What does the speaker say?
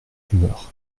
humeur